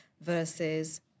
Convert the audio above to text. versus